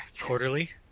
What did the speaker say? quarterly